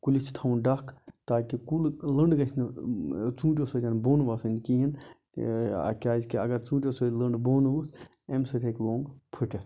کُلِس چھُ تھاوُن ڈَکھ تاکہِ کُل لٔنڈ گَژھِ نہٕ ژوٗنٹھیو سۭتۍ بۄن وَسٕنۍ کِہیٖنۍ کیازکہِ اگر ژوٗنٹھیو سۭتۍ لٔنٛڈ بۄن ؤژھ امہِ سۭتۍ ہیٚکہِ لوٚنٛگ پھٕٹِتھ